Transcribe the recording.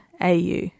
au